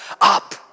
up